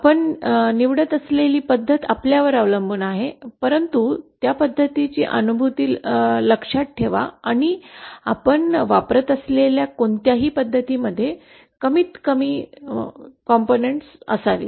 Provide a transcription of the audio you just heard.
आपण निवडत असलेली पद्धत आपल्यावर अवलंबून आहे परंतु त्या पद्धतीची अनुभूती लक्षात ठेवा आणि आपण वापरत असलेल्या कोणत्याही पद्धतीमध्ये विभागांची किमान संख्या असावी